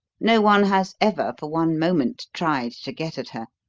no one has ever for one moment tried to get at her.